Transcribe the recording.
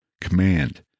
command